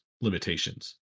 limitations